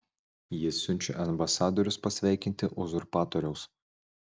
jie siunčia ambasadorius pasveikinti uzurpatoriaus